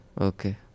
Okay